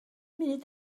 munud